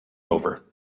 over